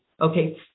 Okay